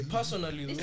Personally